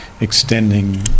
extending